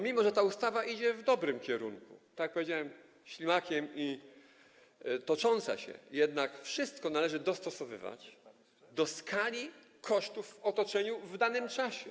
Mimo że ta ustawa idzie w dobrym kierunku, tak jak powiedziałem: ślimakiem, toczy się, jednak wszystko należy dostosowywać do skali kosztów w otoczeniu w danym czasie.